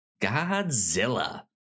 Godzilla